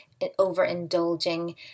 overindulging